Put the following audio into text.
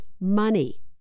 money